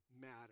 matter